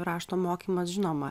rašto mokymas žinoma